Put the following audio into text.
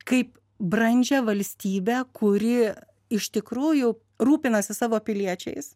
kaip brandžią valstybę kuri iš tikrųjų rūpinasi savo piliečiais